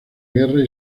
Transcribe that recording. guerra